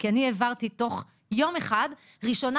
כי אני העברתי תוך יום אחד ראשונה,